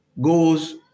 goes